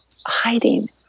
hiding